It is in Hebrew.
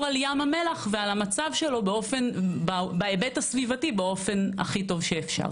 על ים המלח ועל המצב שלו בהיבט הסביבתי בצורה המיטבית,